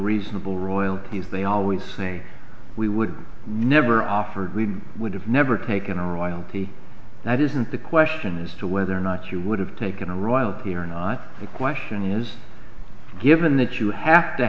reasonable royalties they always say we would never offered we would have never taken a royalty that isn't the question as to whether or not you would have taken a royalty or not the question is given that you have to